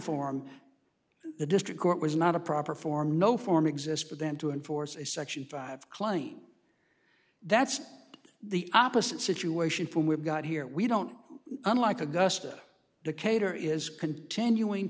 form the district court was not a proper form no form exists for them to enforce a section five claim that's the opposite situation from we've got here we don't unlike augusta decatur is continuing